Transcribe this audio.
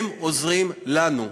הם עוזרים לנו.